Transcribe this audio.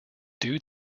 due